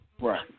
Right